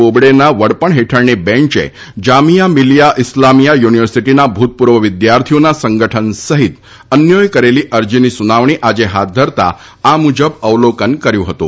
બોબડેના વડપણ હેઠળની બેંચે જામીયા મીલીયા ઇસ્લામિયા યુનિવર્સીટીના ભૂતપૂર્વ વિદ્યાર્થીઓના સંગઠન સહિત અન્યોએ કરેલી અરજીની સુનાવણી આજે હાથ ધરતાં આ મુજબ અવલોકન કર્યું હતું